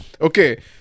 Okay